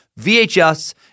VHS